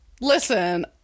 listen